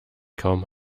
kaum